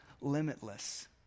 limitless